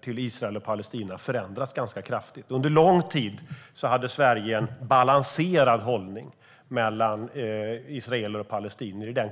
till Israel och Palestina förändrats ganska kraftigt. Under lång tid hade Sverige en balanserad hållning i konflikten mellan israeler och palestinier.